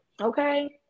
Okay